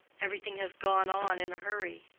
every thing has gone on in a hurry.